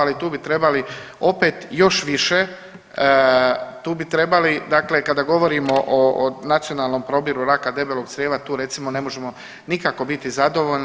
Ali tu bi trebali opet još više, tu bi trebali, dakle kada govorimo o nacionalnom probiru raka debelog crijeva tu recimo ne možemo nikako biti zadovoljni.